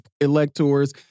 electors